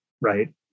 right